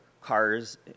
cars